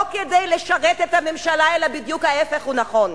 לא כדי לשרת את הממשלה, אלא בדיוק ההיפך הוא נכון,